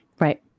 Right